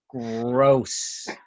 Gross